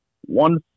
one